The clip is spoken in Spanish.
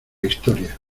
historia